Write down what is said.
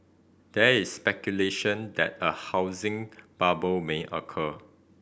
there is speculation that a housing bubble may occur